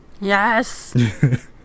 yes